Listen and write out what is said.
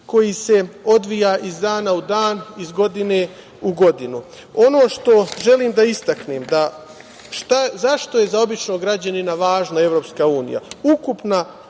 koji se odvija iz dana u dan, iz godine u godinu. Ono što želim da istaknem jeste zašto je za običnog građanina važna EU. Ukupna